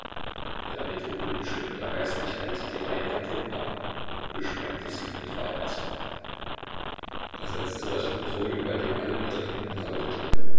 der metropolit schritt mit der geistlichkeit die reihen der truppen ab und besprengte sie mit weihwasser das letzte responsorium bei dem alle niederknieten lautete